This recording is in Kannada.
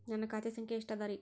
ನನ್ನ ಖಾತೆ ಸಂಖ್ಯೆ ಎಷ್ಟ ಅದರಿ?